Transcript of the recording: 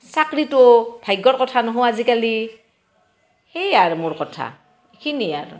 চাকৰিটো ভাগ্যৰ কথা নহো আজিকালি সেয়ে আৰু মোৰ কথা এইখিনিয়ে আৰু